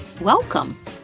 Welcome